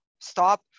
stop